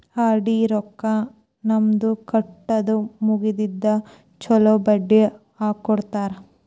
RD ರೊಕ್ಕಾ ನಮ್ದ ಕಟ್ಟುದ ಮುಗದಿಂದ ಚೊಲೋ ಬಡ್ಡಿ ಹಾಕ್ಕೊಡ್ತಾರ